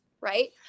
right